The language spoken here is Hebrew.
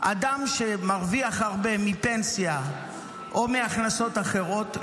אדם שמרוויח הרבה מפנסיה או מהכנסות אחרות,